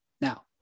Now